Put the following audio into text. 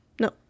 No